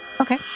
Okay